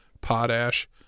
potash